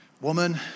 woman